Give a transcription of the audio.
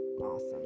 awesome